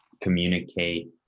communicate